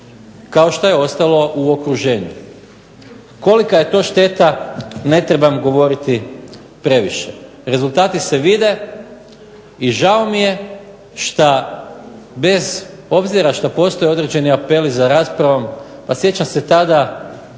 kao što je ostalo u okruženju. Kolika je to šteta ne trebam govoriti previše. Rezultati se vide i žao mi je šta bez obzira što postoje određeni apeli za raspravom, a sjećam se tada